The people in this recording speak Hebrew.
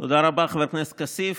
תודה רבה, חבר הכנסת כסיף.